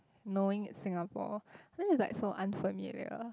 knowing it's Singapore cause it's like so unfamiliar